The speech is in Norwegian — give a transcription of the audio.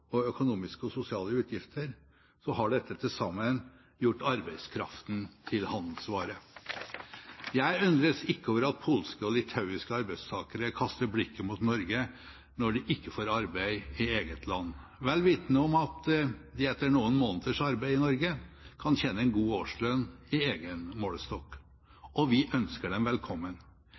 og økonomiske og sosiale utgifter har dette til sammen gjort arbeidskraften til en handelsvare. Jeg undres ikke over at polske og litauiske arbeidstakere kaster blikket mot Norge når de ikke får arbeid i eget land, vel vitende om at de etter noen måneders arbeid i Norge kan tjene en god årslønn etter egen målestokk. Og vi ønsker dem velkommen.